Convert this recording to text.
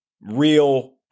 real